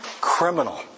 criminal